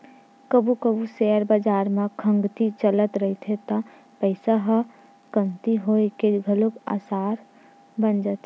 कभू कभू सेयर बजार म खंगती चलत रहिथे त पइसा ह कमती होए के घलो असार बन जाथे